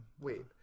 Wait